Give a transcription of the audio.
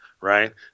right